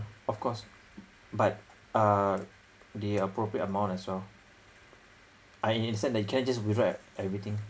of course but uh the appropriate amount as well I understand that you cannot just withdraw everything